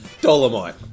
Dolomite